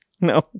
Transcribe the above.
No